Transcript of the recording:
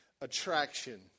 attraction